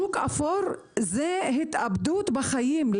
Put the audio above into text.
והשוק האפור הוא התאבדות בחיים,